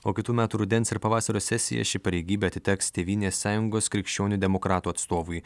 o kitų metų rudens ir pavasario sesiją ši pareigybė atiteks tėvynės sąjungos krikščionių demokratų atstovui